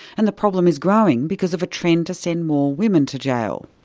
and the problem is growing, because of a trend to send more women to jail.